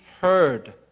heard